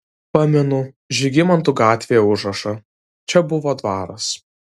pamenu žygimantų gatvėje užrašą čia buvo dvaras